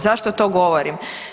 Zašto to govorim?